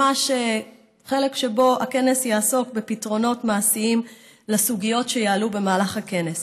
ממש חלק שבו הכנס יעסוק בפתרונות מעשיים לסוגיות שיעלו במהלך הכנס.